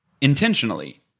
intentionally